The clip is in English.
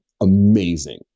amazing